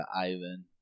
Ivan